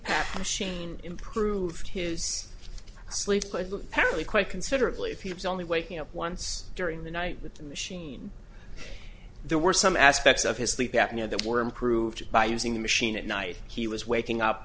machine improved his sleep could look parity quite considerably if he was only waking up once during the night with the machine there were some aspects of his sleep apnea that were improved by using the machine at night he was waking up